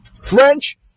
French